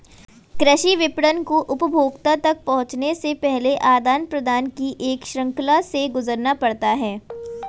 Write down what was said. कृषि विपणन को उपभोक्ता तक पहुँचने से पहले आदान प्रदान की एक श्रृंखला से गुजरना पड़ता है